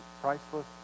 priceless